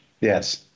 Yes